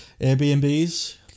Airbnb's